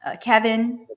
Kevin